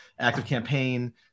ActiveCampaign